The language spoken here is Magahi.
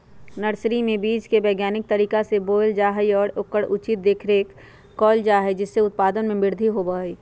नर्सरी में बीज के वैज्ञानिक तरीका से बोयल जा हई और ओकर उचित देखरेख कइल जा हई जिससे उत्पादन में वृद्धि होबा हई